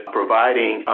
providing